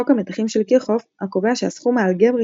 חוק המתחים של קירכהוף - הקובע שהסכום האלגברי